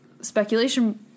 speculation-